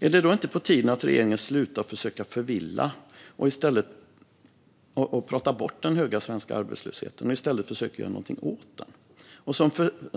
Är det då inte på tiden att regeringen slutar försöka förvilla och prata bort den höga svenska arbetslösheten och i stället försöka göra någonting åt den?